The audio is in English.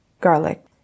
garlic